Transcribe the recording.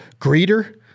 greeter